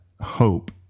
hope